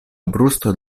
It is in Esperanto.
brusto